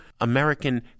American